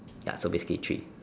ya so basically three